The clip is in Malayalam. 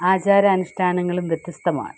ആചാര അനുഷ്ഠാനങ്ങളും വ്യത്യസ്തമാണ്